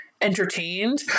entertained